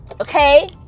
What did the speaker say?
okay